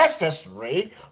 necessary